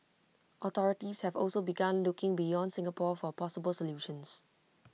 authorities have also begun looking beyond Singapore for possible solutions